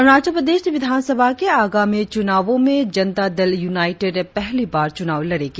अरुणाचल प्रदेश विधानसभा के आगामी चुनावों में जनता दल यूनाइटेड पहली बार चुनाव लड़ेगी